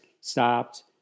stopped